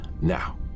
Now